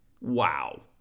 wow